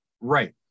Right